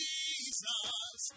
Jesus